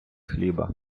хліба